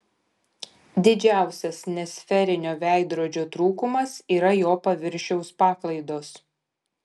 didžiausias nesferinio veidrodžio trūkumas yra jo paviršiaus paklaidos